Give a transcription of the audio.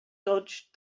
dodged